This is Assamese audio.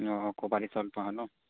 অঁ ক'পাৰটিভ চাউল পোৱা হয় ন